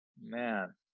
Man